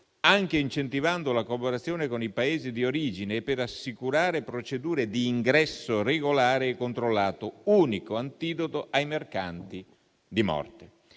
anche incentivando la cooperazione con i Paesi di origine, e per assicurare procedure di ingresso regolare controllato, unico antidoto ai mercanti di morte.